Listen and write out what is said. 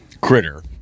critter